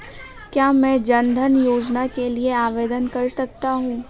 क्या मैं जन धन योजना के लिए आवेदन कर सकता हूँ?